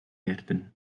werden